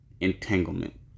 Entanglement